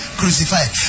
crucified